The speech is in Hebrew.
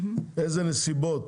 לאילו נסיבות.